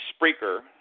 Spreaker